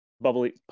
bubbly